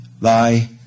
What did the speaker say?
thy